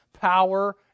power